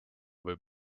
võib